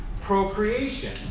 procreation